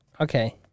okay